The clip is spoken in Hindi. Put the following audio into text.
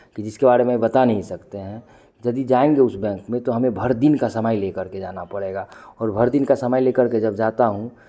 कि जिसके बारे में बता नहीं सकते हैं यदि जाएँगे उस बैंक में तो हमें भर दिन का समय लेकर के जाना पड़ेगा और भर दिन का समय लेकर के जब जाता हूँ